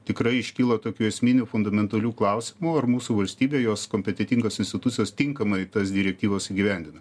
tikrai iškyla tokių esminių fundamentalių klausimų ar mūsų valstybė jos kompetentingos institucijos tinkamai tas direktyvas įgyvendina